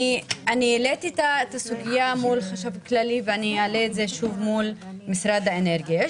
העליתי את הסוגיה מול החשב הכללי ואעלה זאת שוב מול משרד האנרגיה.